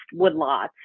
woodlots